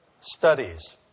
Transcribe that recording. studies